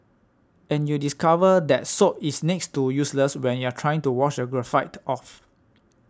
and you discover that soap is next to useless when you are trying to wash graphite off